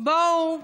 בואו,